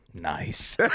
nice